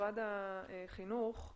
למשרד החינוך,